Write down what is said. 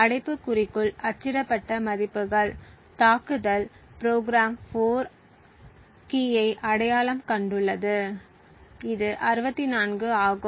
அடைப்புக்குறிக்குள் அச்சிடப்பட்ட மதிப்புகள் தாக்குதல் ப்ரோக்ராம் 4 வது கீயை அடையாளம் கண்டுள்ளது இது 64 ஆகும்